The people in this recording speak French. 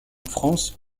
france